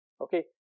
Okay